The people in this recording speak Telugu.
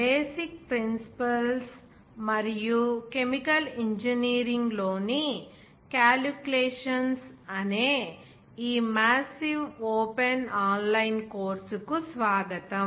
బేసిక్ ప్రిన్సిపుల్స్ మరియు కెమికల్ ఇంజినీరింగ్ లోని కాలిక్యులేషన్స్ అనే ఈ మాసివ్ ఓపెన్ ఆన్లైన్ కోర్సు కు స్వాగతం